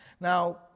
Now